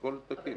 הכול תקין.